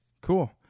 Cool